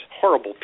horrible